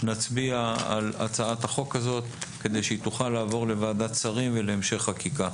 נצביע על הצעת החוק הזאת כדי שהיא תוכל לעבור לוועדת שרים ולהמשך חקיקה.